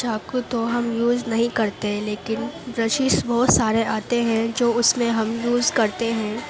چاقو تو ہم یوز نہیں کرتے لیکن برشیز بہت سارے آتے ہیں جو اس میں ہم یوز کرتے ہیں